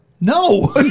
No